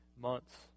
months